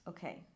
Okay